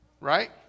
Right